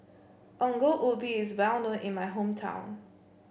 Ongol Ubi is well known in my hometown